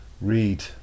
read